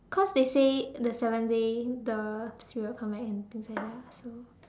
cause they say the seventh day the spirit will come back and things like that so